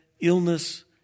illness